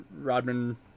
Rodman